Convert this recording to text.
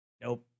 nope